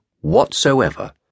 whatsoever